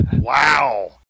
Wow